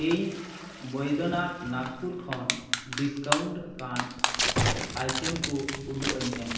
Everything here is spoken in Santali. ᱤᱧ ᱵᱳᱭᱫᱚᱱᱟᱛᱷ ᱱᱟᱜᱽᱯᱩᱨ ᱠᱷᱚᱱ ᱰᱤᱥᱠᱟᱭᱩᱱᱴ ᱟᱠᱟᱱ ᱟᱭᱴᱮᱢ ᱠᱚ ᱩᱫᱩᱜ ᱟᱹᱧᱢᱮ